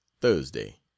thursday